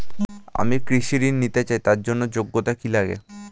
আমি কৃষি ঋণ নিতে চাই তার জন্য যোগ্যতা কি লাগে?